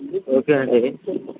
okay అండి